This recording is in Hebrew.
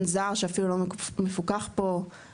זר שאפילו לא מפוקח פה זה קצת מצחיק.